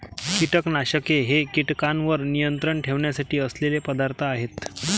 कीटकनाशके हे कीटकांवर नियंत्रण ठेवण्यासाठी असलेले पदार्थ आहेत